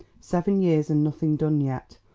seven years and nothing done yet.